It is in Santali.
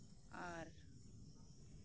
ᱟᱨ